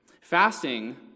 Fasting